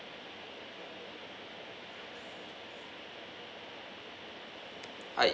Hi